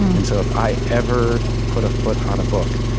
and so if i ever put a foot on a book,